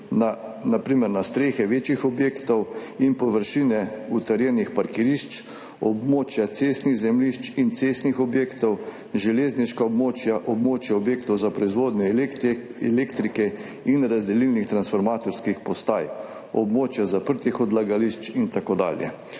na strehe večjih objektov in površine utrjenih parkirišč, območja cestnih zemljišč in cestnih objektov, železniška območja, območje objektov za proizvodnjo elektrike in razdelilnih transformatorskih postaj, območja zaprtih odlagališč in tako dalje.